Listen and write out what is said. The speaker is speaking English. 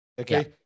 Okay